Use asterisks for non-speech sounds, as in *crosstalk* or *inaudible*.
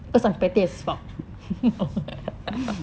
*laughs*